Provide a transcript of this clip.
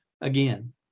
again